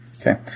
Okay